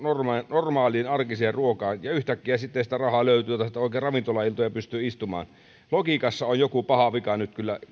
normaaliin arkiseen ruokaan ja yhtäkkiä sitten sitä rahaa löytyy että oikein ravintolailtoja pystyy istumaan logiikassa on nyt kyllä joku paha vika